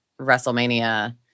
WrestleMania